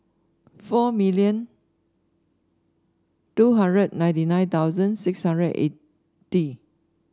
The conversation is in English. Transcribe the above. four million two hundred ninety nine thousand six hundred and eighty